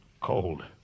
cold